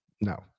No